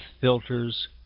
filters